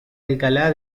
alcalá